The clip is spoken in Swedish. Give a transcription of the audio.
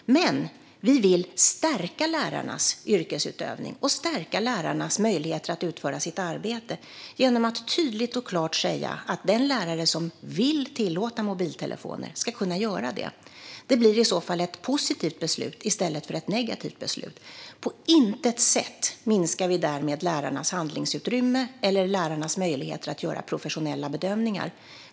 Vi vill stärka lärarnas yrkesutövning och deras möjligheter att utföra sitt arbete genom att tydligt och klart säga att den lärare som vill tillåta mobiltelefoner ska kunna göra det. Det blir i så fall ett positivt beslut i stället för ett negativt. På intet sätt minskar vi därmed lärarnas handlingsutrymme eller lärarnas möjligheter att göra professionella bedömningar.